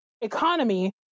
economy